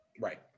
Right